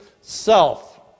self